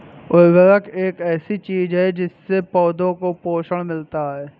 उर्वरक एक ऐसी चीज होती है जिससे पौधों को पोषण मिलता है